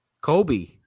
Kobe